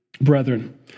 brethren